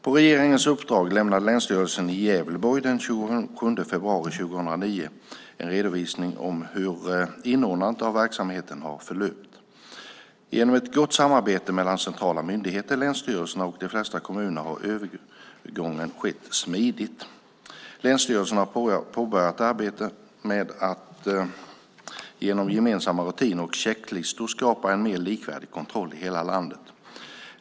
På regeringens uppdrag avlämnade Länsstyrelsen i Gävleborg den 27 februari 2009 en redovisning om hur inordnandet av verksamheten har förlöpt. Genom ett gott samarbete mellan centrala myndigheter, länsstyrelserna och de flesta kommuner har övergången skett smidigt. Länsstyrelserna har påbörjat arbetet med att genom gemensamma rutiner och checklistor skapa en mer likvärdig kontroll i hela landet.